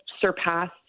surpassed